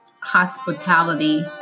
hospitality